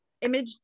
image